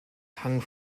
hung